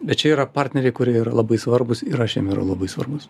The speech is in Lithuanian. bet čia yra partneriai kurie yra labai svarbūs ir aš jiem yra labai svarbus